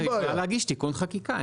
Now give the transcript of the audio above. אפשר אולי להגיש תיקון חקיקה.